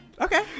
Okay